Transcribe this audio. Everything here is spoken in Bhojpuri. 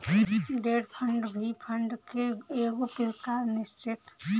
डेट फंड भी फंड के एगो प्रकार निश्चित